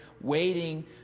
waiting